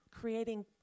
creating